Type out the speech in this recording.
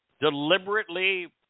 deliberately